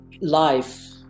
life